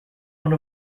one